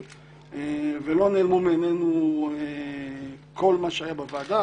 ולא נעלם מעינינו כל מה שהיה בוועדה,